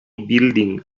building